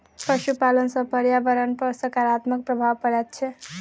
पशुपालन सॅ पर्यावरण पर साकारात्मक प्रभाव पड़ैत छै